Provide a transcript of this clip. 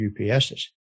UPSs